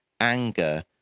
anger